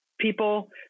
people